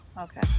okay